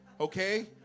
Okay